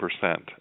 percent